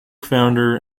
founder